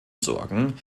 sorgen